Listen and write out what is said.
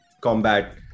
combat